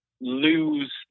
lose